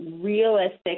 realistic